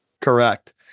Correct